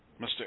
Mr